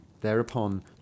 Thereupon